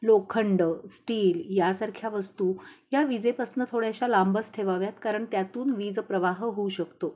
लोखंड स्टील यासारख्या वस्तू या विजेपासनं थोड्याशा लांबच ठेवाव्यात कारण त्यातून वीज प्रवाह होऊ शकतो